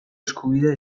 eskubidea